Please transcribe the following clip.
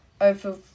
over